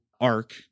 arc